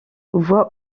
voix